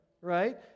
right